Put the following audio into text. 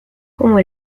como